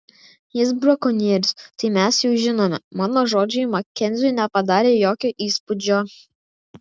jis brakonierius tai mes jau žinome mano žodžiai makenziui nepadarė jokio įspūdžio